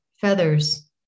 Feathers